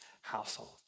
household